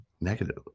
Negative